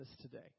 today